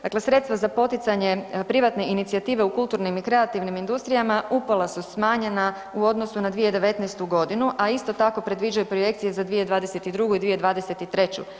Dakle sredstva za poticanje privatne inicijative u kulturnim i kreativnim industrijama upola su smanjena u odnosu na 2019. g., a isto tako predviđaju projekcije za 2022. i 2023.